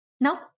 no